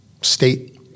state